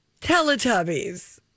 Teletubbies